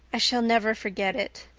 i shall never forget it.